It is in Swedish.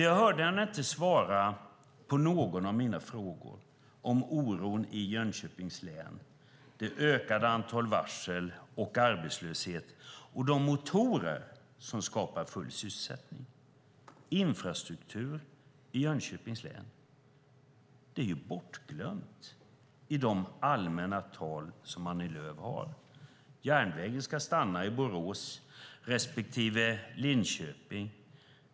Jag hörde henne inte svara på någon av mina frågor om oron i Jönköpings län, det ökade antalet varsel, arbetslöshet, de motorer som skapar full sysselsättning och infrastruktur i Jönköpings län. Det är bortglömt i Annie Lööfs allmänna tal. Järnvägen ska stanna i Borås respektive Linköping.